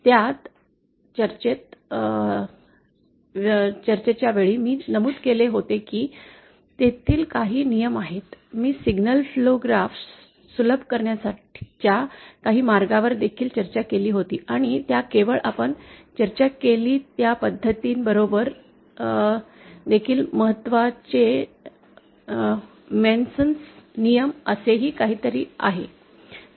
त्या चर्चेच्या वेळी मी नमूद केले होते की तेथे काही नियम आहेत मी सिग्नल फ्लो ग्राफ सुलभ करण्याच्या काही मार्गांवर देखील चर्चा केली होती आणि त्या वेळी आपण चर्चा केली त्या पद्धतींबरोबरच देखील मेसनचे Mason's नियम असेही काहीतरी आहे